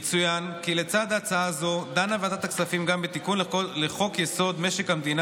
יצוין כי לצד הצעה זו דנה ועדת הכספים גם בתיקון לחוק-יסוד: משק המדינה,